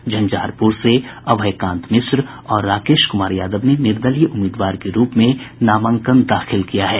झंझारपुर से अभयकांत मिश्र और राकेश कुमार यादव ने निर्दलीय प्रत्याशी के रूप में नामांकन दाखिल किया है